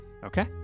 Okay